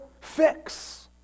fix